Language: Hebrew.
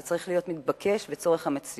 זה צריך להיות מתבקש וצורך המציאות.